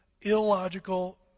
illogical